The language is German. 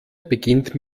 beginnt